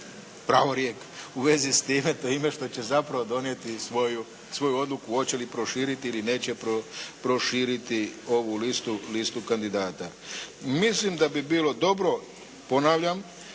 pravorijek u vezi s time, time što će zapravo donijeti svoju odluku hoće li proširiti ili neće proširiti ovu listu kandidata. Mislim da bi bilo dobro ponavljam,